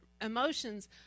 emotions